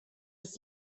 des